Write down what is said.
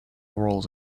roles